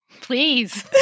Please